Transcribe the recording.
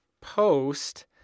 post